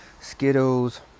skittles